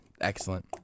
Excellent